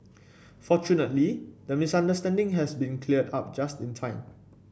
fortunately the misunderstanding has been cleared up just in time